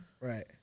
Right